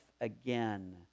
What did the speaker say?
again